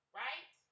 right